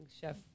Chef